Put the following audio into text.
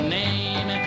name